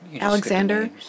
Alexander